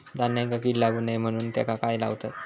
धान्यांका कीड लागू नये म्हणून त्याका काय लावतत?